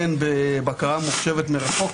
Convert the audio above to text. הן בבקרה ממוחשבת מרחוק,